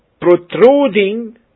protruding